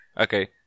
Okay